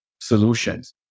solutions